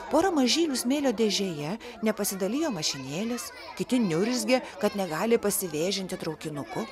pora mažylių smėlio dėžėje nepasidalijo mašinėlės kiti niurzgė kad negali pasivėžinti traukinuku